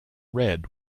red